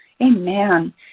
Amen